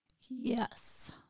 Yes